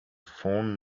fond